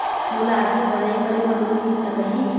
मोला आगे पढ़ई करे बर लोन मिल सकही?